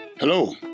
Hello